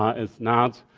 it's not